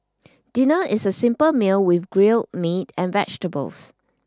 dinner is a simple meal with grilled meat and vegetables